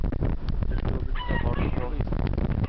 ᱪᱟᱹᱠᱨᱤ ᱵᱟᱹᱠᱨᱤ ᱠᱟᱛᱮᱫ ᱦᱚᱲ ᱠᱚᱠᱚ